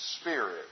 Spirit